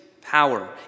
power